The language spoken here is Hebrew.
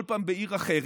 כל פעם בעיר אחרת,